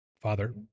Father